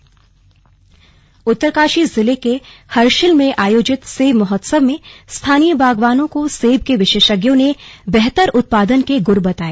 slug सेब महोत्सव उत्तरकाशी जिले के हर्षिल में आयोजित सेब महोत्सव में स्थानीय बागवानों को सेब के विशेषज्ञों ने बेहतर उत्पादन के गुर बताए